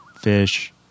fish